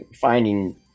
finding